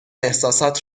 احساسات